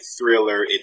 thriller